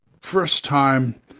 first-time